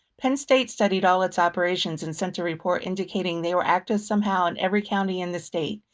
penn state studied all its operations and sent a report indicating they were active somehow in every county in the state,